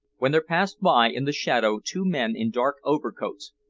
when there passed by in the shadow two men in dark overcoats,